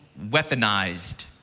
weaponized